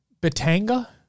Batanga